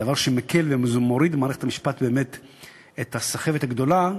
דבר שמקל ומוריד ממערכת המשפט באמת את הסחבת הגדולה,